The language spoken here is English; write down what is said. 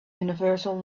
universal